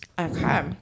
okay